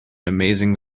amazing